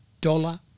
dollar